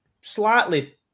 slightly